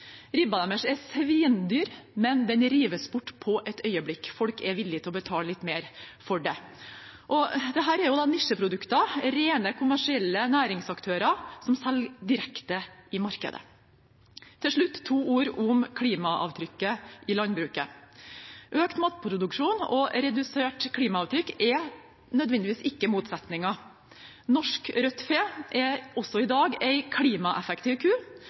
Ribba deres er svinedyr, men den rives bort på et øyeblikk. Folk er villig til å betale litt mer for det. Dette er nisjeprodukter som rene kommersielle næringsaktører selger direkte i markedet. Til slutt to ord om klimaavtrykket i landbruket: Økt matproduksjon og redusert klimaavtrykk er ikke nødvendigvis motsetninger. Norsk rødt fe er også i dag en klimaeffektiv ku.